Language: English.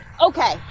Okay